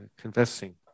confessing